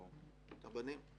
את הבנים.